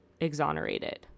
exonerated